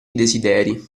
desideri